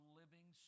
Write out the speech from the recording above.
living